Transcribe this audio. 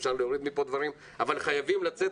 אפשר להוריד מפה דברים אבל חייבים לצאת